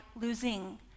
losing